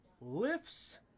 lifts